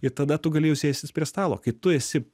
ir tada tu gali jau sėstis prie stalo kai tu esi